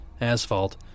asphalt